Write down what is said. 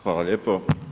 Hvala lijepo.